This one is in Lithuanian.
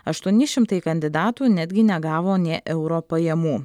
aštuoni šimtai kandidatų netgi negavo nė euro pajamų